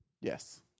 Yes